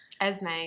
Esme